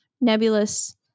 nebulous